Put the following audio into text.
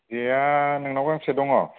जेया नोंनाव गांबेसे दं